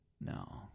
No